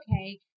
okay